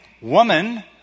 woman